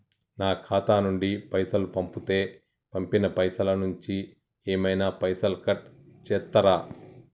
నా ఖాతా నుండి పైసలు పంపుతే పంపిన పైసల నుంచి ఏమైనా పైసలు కట్ చేత్తరా?